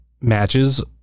matches